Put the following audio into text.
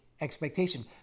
expectation